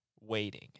waiting